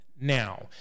now